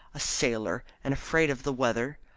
a sailor and afraid of the weather!